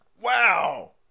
Wow